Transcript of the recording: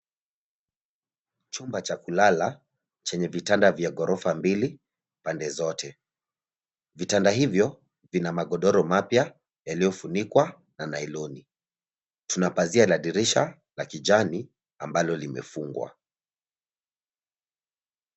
Chumba cha kulala, chenye vitanda vya ghorofa mbili, pande zote. Vitanda hivyo, vina magodoro mapya, yaliyofunikwa na nailoni. Tuna pazia na dirisha, la kijani, ambalo limefungwa.